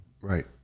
right